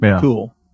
cool